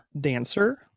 dancer